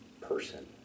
person